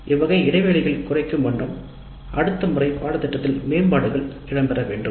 இவ்வகை இடைவெளிகளை குறைக்கும் வண்ணம்அடுத்த முறை பாடத்திட்டத்தில் மேம்பாடுகள் இடம்பெறவேண்டும்